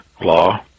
law